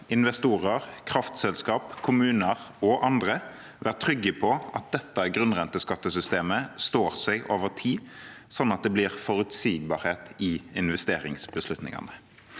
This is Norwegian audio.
investorer, kraftselskap, kommuner og andre være trygge på at dette grunnrenteskattesystemet står seg over tid, sånn at det blir forutsigbarhet i investeringsbeslutningene.